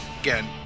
again